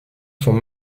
font